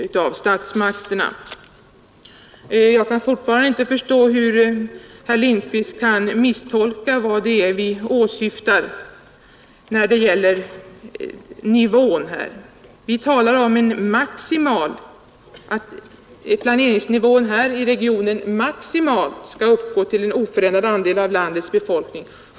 Jag kan inte förstå hur herr Lindkvist kan misstolka vad vi åsyftar när det gäller planeringsnivån. Vi kräver att den maximala planeringsnivån för Storstockholmsregionen skall rymmas inom en oförändrad andel av landets befolkning.